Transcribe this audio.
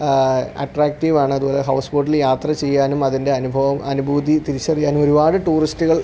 attractive ആണ് അതു പോലെ ഹൗസ് ബോട്ടിൽ യാത്ര ചെയ്യാനും അതിൻ്റെ അനുഭവം അനുഭൂതി തിരിച്ചറിയാൻ ഒരുപാട് ടൂറിസ്റ്റുകൾ